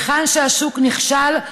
היכן שהשוק נכשל,